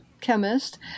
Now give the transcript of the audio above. chemist